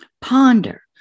ponder